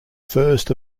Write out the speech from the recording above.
first